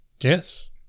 Yes